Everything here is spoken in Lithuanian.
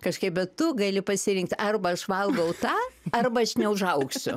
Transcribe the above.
kažkaip bet tu gali pasirinkt arba aš valgau tą arba aš neužaugsiu